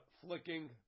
flicking